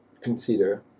consider